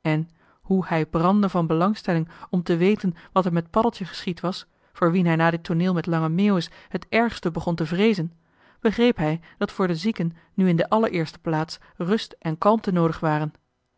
en hoe hij brandde van belangstelling om te weten wat er met paddeltje geschied was voor wien hij na dit tooneel met lange meeuwis het ergste begon te vreezen begreep hij dat voor den zieke nu in de allereerste plaats rust en kalmte noodig waren